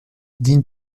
digne